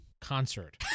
Concert